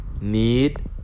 need